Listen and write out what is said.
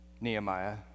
Nehemiah